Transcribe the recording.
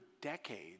decades